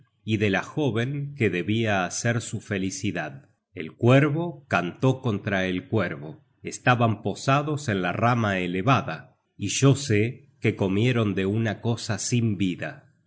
y de la joven que debia hacer su felicidad el cuervo cantó contra el cuervo estaban posados en la rama elevada y yo sé que comieron de una cosa sin vida